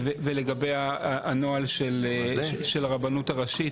לגבי הנוהל של הרבנות הראשית,